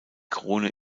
krone